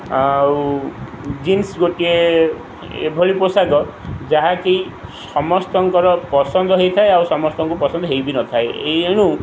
ଆଉ ଜିନ୍ସ ଗୋଟିଏ ଏଭଳି ପୋଷାକ ଯାହାକି ସମସ୍ତଙ୍କର ପସନ୍ଦ ହୋଇଥାଏ ଆଉ ସମସ୍ତଙ୍କୁ ପସନ୍ଦ ହୋଇ ବି ନଥାଏ ଏଣୁ